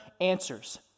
answers